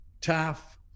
Taff